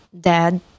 dad